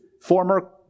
former